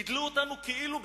גידלו אותנו כאילו בצמצום,